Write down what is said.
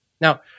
now